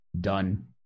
done